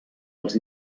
els